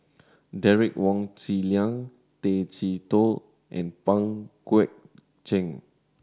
Derek Wong Zi Liang Tay Chee Toh and Pang Guek Cheng